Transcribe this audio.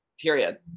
period